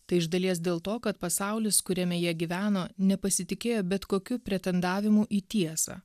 tai iš dalies dėl to kad pasaulis kuriame jie gyveno nepasitikėjo bet kokiu pretendavimu į tiesą